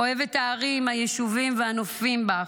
אוהב את הערים, היישובים והנופים שבך.